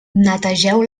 netegeu